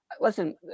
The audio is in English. listen